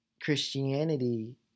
Christianity